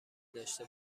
داشته